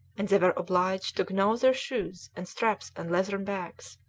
and they were obliged to gnaw their shoes and straps and leathern bags.